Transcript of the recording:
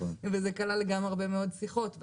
וזה כלל גם הרבה מאוד שיחות,